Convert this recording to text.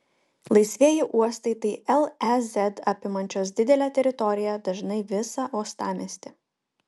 laisvieji uostai tai lez apimančios didelę teritoriją dažnai visą uostamiestį